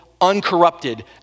uncorrupted